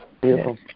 Beautiful